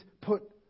put